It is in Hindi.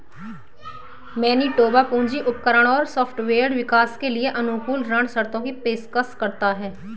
मैनिटोबा पूंजी उपकरण और सॉफ्टवेयर विकास के लिए अनुकूल ऋण शर्तों की पेशकश करता है